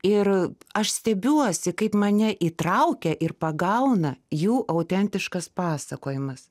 ir aš stebiuosi kaip mane įtraukia ir pagauna jų autentiškas pasakojimas